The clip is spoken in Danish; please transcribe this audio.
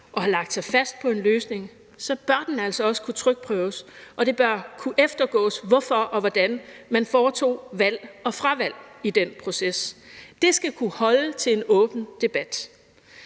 og har lagt sig fast på en løsning, bør den altså også kunne trykprøves, og det bør kunne eftergås, hvorfor og hvordan man foretog valg og fravalg i den proces. Det skal kunne holde til en åben debat.